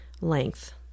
length